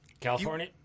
California